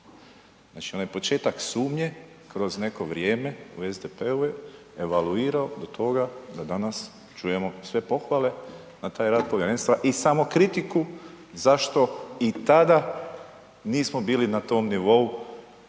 Znači, onaj početak sumnje kroz neko vrijeme u SDP-u je evaluirao do toga da danas čujemo sve pohvale na taj rad povjerenstva i samokritiku zašto i tada nismo bili na tom nivou